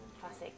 classic